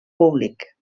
públic